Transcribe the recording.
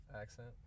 accent